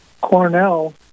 Cornell